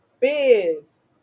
biz